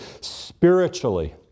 spiritually